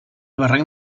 barranc